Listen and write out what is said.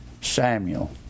Samuel